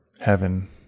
Heaven